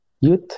youth